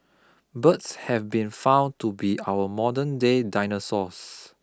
birds have been found to be our modern-day dinosaurs